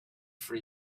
for